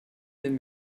den